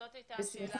זאת הייתה השאלה הראשונה.